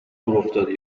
دورافتاده